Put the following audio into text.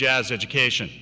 jazz education